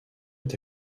est